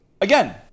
Again